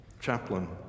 chaplain